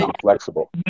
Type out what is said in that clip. flexible